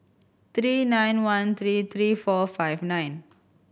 three nine one three three four five nine